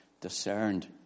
discerned